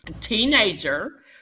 Teenager